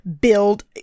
build